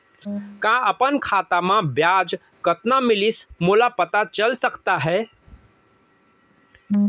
का अपन खाता म ब्याज कतना मिलिस मोला पता चल सकता है?